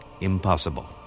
impossible